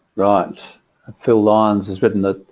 god phil lawns is written that